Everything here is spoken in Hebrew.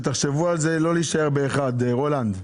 שתחשבו על זה לא להישאר באחד רולנד,